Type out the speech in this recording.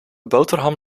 boterham